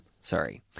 sorry